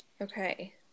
Okay